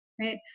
right